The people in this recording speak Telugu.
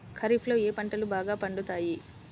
ఖరీఫ్లో ఏ పంటలు బాగా పండుతాయి?